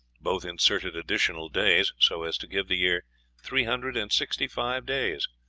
both inserted additional days, so as to give the year three hundred and sixty-five days.